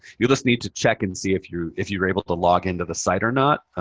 you'll just need to check and see if you're if you're able to log into the site or not.